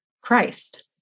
Christ